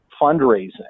fundraising